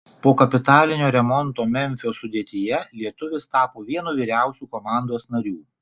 po kapitalinio remonto memfio sudėtyje lietuvis tapo vienu vyriausių komandos narių